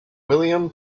william